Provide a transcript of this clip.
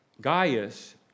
Gaius